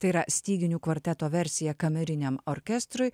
tai yra styginių kvarteto versija kameriniam orkestrui